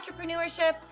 entrepreneurship